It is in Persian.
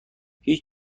هیچ